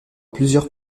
plusieurs